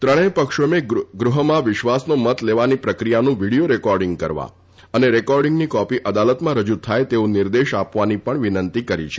ત્રણેય પક્ષોએ ગૃહમાં વિશ્વાસનો મત લેવાની પ્રક્રિયાનું વિડિયો રેકોર્ડિંગ કરવા અને રેકોર્ડીંગની કોપી અદાલતમાં રજુ થાય તેવો નિર્દેશ આપવાની પણ વિનંતી કરી છે